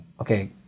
Okay